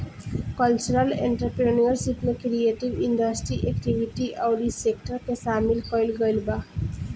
cultural entrepreneurship में creative industry activity अउरी sector के सामिल कईल गईल बा